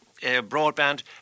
broadband